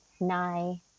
nine